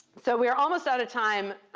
so we are almost out of time.